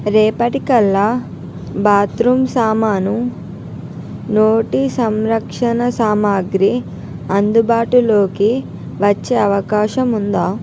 రేపటికల్లా బాత్రూమ్ సామాను నోటి సంరక్షణ సామాగ్రి అందుబాటులోకి వచ్చే అవకాశం ఉందా